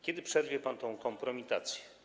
Kiedy przerwie pan tę kompromitację?